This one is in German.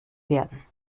werden